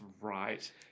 right